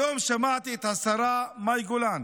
היום שמעתי את השרה מאי גולן